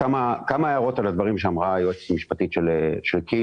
כמה הערות לגבי מה שאמרה היועצת המשפטית של כי"ל,